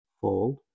fold